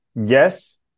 Yes